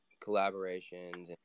collaborations